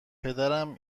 پدرم